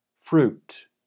fruit